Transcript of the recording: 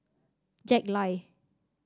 Jack Lai